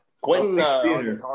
Quentin